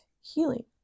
healing